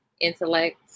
intellect